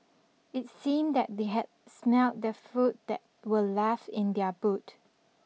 it seemed that they had smelt the food that were left in their boot